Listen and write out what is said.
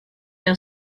have